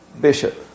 bishop